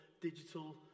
digital